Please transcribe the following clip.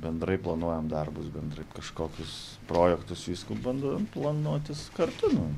bendrai planuojam darbus bendrai kažkokius projektus visko bandom planuotis kartu nu